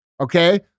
Okay